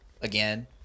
again